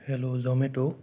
hello Zomato